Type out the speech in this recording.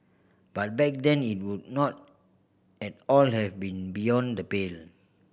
but back then it would not at all have been beyond the pale